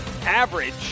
average